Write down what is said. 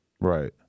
Right